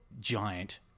giant